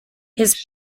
his